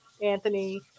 Anthony